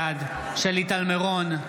בעד שלי טל מירון,